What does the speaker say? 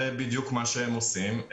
זה בדיוק מה שהם עושים.